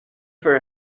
for